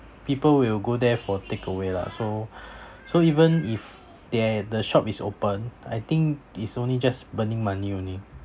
people will go there for takeaway lah so so even if they the shop is open I think it's only just burning money only